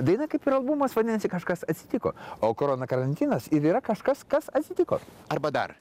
daina kaip ir albumas vadinasi kažkas atsitiko o korona karantinas ir yra kažkas kas atsitiko arba dar